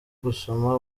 gusoma